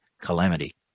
calamity